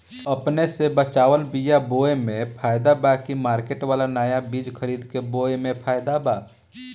अपने से बचवाल बीया बोये मे फायदा बा की मार्केट वाला नया बीया खरीद के बोये मे फायदा बा?